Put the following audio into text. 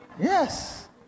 Yes